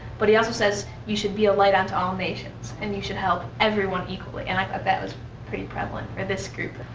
but he also says you should be a light unto all nations. and you should help everyone equally. and i thought that was pretty prevalent for this group.